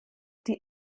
die